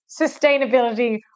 sustainability